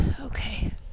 okay